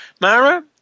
Mara